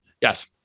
Yes